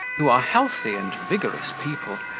who are healthy and vigorous people,